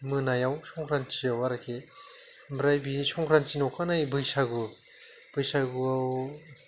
मोनायाव संख्रान्थियाव आरोखि ओमफ्राय बिनि संख्रान्थिनि अखानायै बैसागु बैसागुआव